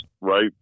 right